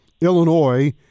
Illinois